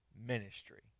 ministry